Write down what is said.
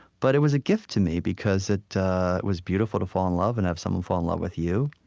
but it was a gift to me because it was beautiful to fall in love and have someone fall in love with you.